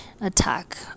attack